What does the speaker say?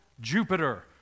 Jupiter